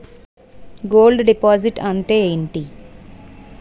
Gold deposit అంతే ఎంటి?